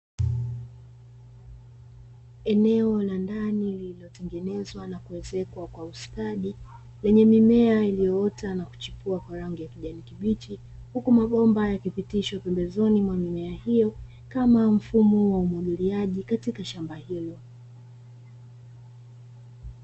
Eneo la ndani, lililotengenezwa na kuezekwa kwa ustadi, lenye mimea iliyoota na kuchipua kwa rangi ya kijani kibichi, huku mabomba yakipitishwa pembezoni mwa mimea hiyo, kama mfumo wa umwagiliaji katika shamba hilo.